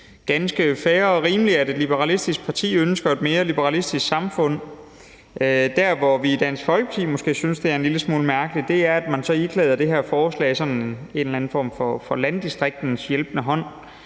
ganske fair og rimeligt, at et liberalistisk parti ønsker et mere liberalistisk samfund. Det, som vi i Dansk Folkeparti måske synes er en lille smule mærkeligt, er, at man iklæder det her forslag sådan en eller anden form for gevandter, så det